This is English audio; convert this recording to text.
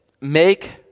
Make